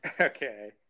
Okay